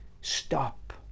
stop